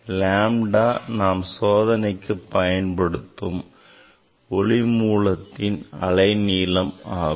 lambda நாம் சோதனைக்கு பயன்படுத்தும் ஒளி மூலத்தின் அலை நீளம் ஆகும்